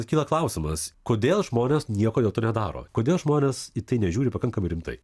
kyla klausimas kodėl žmonės nieko dėl to nedaro kodėl žmonės į tai nežiūri pakankamai rimtai